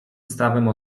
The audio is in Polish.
stawem